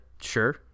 sure